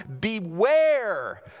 beware